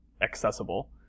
accessible